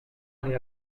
aller